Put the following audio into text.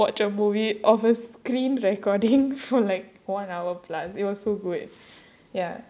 watch a movie of a screen recording for like one hour plus it was so good ya